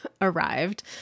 arrived